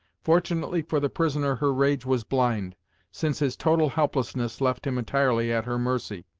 fortunately for the prisoner her rage was blind since his total helplessness left him entirely at her mercy.